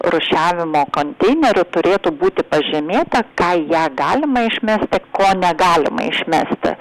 rūšiavimo konteinerių turėtų būti pažymėta ką į ją galima išmesti ko negalima išmesti